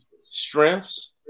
Strengths